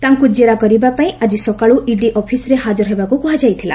ତାଙ୍କୁ ଜେରା କରିବାପାଇଁ ଆକି ସକାଳୁ ଇଡି ଅଫିସ୍ରେ ହାଜର ହେବାକୁ କୁହାଯାଇଥିଲା